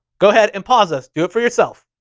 go ahead and pause us do it for yourself.